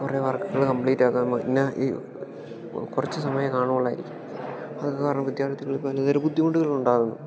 കുറെ വർക്കുകൾ കംപ്ലീറ്റാക്കാനും പിന്നെ ഈ കുറച്ച് സമയം കാണുകയുള്ളായിരിക്കും അത്കാരണം വിദ്യാർത്ഥികൾക്ക് ഈയൊരു ബുദ്ധിമുട്ടുകളുണ്ടാകുന്നു